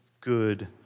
good